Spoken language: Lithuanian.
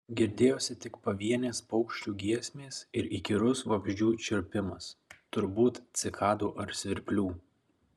girdėjosi tik pavienės paukščių giesmės ir įkyrus vabzdžių čirpimas turbūt cikadų ar svirplių